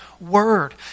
word